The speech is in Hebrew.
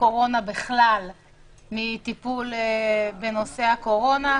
הקורונה בכלל מטיפול בנושא הקורונה.